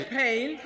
pain